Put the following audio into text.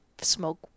smoke